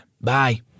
Bye